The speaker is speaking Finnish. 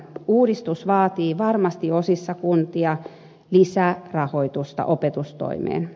uudistus vaatii varmasti osissa kuntia lisärahoitusta opetustoimeen